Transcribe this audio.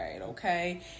okay